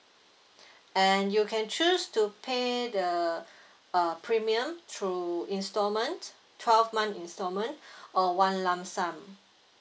and you can choose to pay the uh premium through instalment twelve months instalment or one lump sum